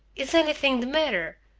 is anything the matter?